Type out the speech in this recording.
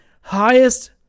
highest